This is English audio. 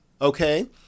Okay